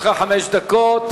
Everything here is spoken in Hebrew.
לרשותך חמש דקות.